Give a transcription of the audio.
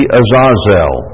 azazel